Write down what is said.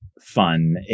fun